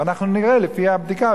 ואנחנו נראה לפי הבדיקה,